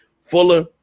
Fuller